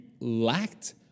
lacked